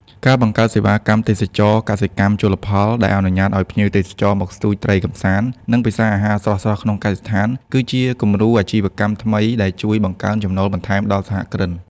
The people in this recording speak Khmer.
ការបង្កើតសេវាកម្ម "ទេសចរណ៍កសិកម្មជលផល" ដែលអនុញ្ញាតឱ្យភ្ញៀវទេសចរមកស្ទូចត្រីកម្សាន្ត និងពិសាអាហារស្រស់ៗក្នុងកសិដ្ឋាន គឺជាគំរូអាជីវកម្មថ្មីដែលជួយបង្កើនចំណូលបន្ថែមដល់សហគ្រិន។